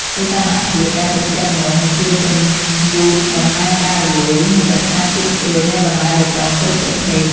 សីតុណ្ហភាពដែលត្រជាក់ល្មមនឹងជួយពន្យឺតដំណើរការរលួយ និងរក្សាជាតិស្រួយនៃបន្លែបៃតងគ្រប់ប្រភេទ។